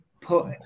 put